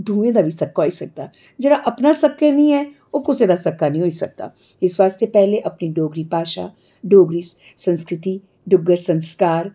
दूएं दा बी सक्का होई सकदा जेह्ड़ा अपना सक्का नेईं ऐ ओह् कुसै दा सक्का नेईं होई सकदा इस आस्तै पैहले अपनी डोगरी भाशा डोगरी संस्कृति डुग्गर संस्कार